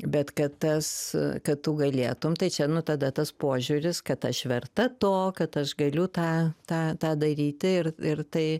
bet kad tas kad tu galėtum tai čia nu tada tas požiūris kad aš verta to kad aš galiu tą tą tą daryti ir ir tai